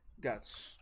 got